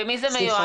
למי זה מיועד?